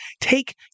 take